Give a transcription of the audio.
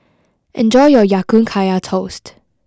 enjoy your Ya Kun Kaya Toast